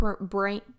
brain